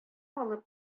алып